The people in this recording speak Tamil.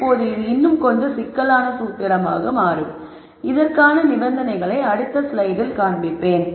இப்போது இது இன்னும் கொஞ்சம் சிக்கலான சூத்திரமாக மாறும் இதற்கான நிபந்தனைகளை அடுத்த ஸ்லைடில் காண்பிப்பேன்